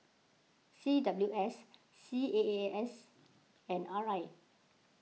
C W S C A A S and R I